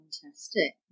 Fantastic